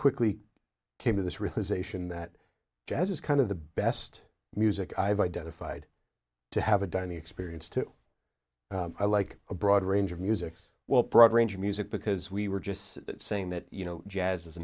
quickly came to this realization that jazz is kind of the best music i've identified to have a dining experience to like a broad range of music's well prob range music because we were just saying that you know jazz is a